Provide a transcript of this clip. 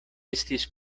estis